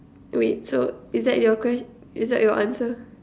wait so is that your que~ is that your answer